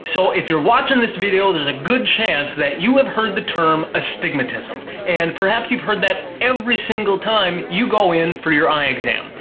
so, if you're watching this video, there's a good chance that you have heard the term astigmatism and perhaps you've heard that every single time you go in for your eye exam.